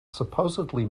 supposedly